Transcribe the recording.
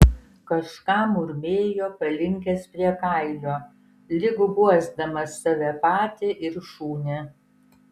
kažką murmėjo palinkęs prie kailio lyg guosdamas save patį ir šunį